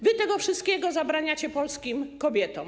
Wy tego wszystkiego zabraniacie polskim kobietom.